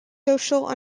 social